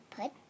put